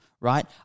right